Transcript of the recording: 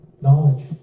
knowledge